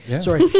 Sorry